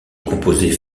composés